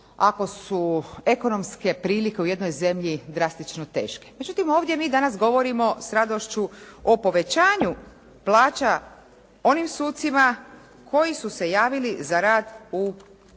ako su ekonomske prilike u jednoj zemlji drastično teške. Međutim, mi ovdje danas govorimo s radošću o povećanju plaća onim sucima koji su se javili za rad u tzv.